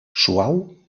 suau